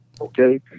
Okay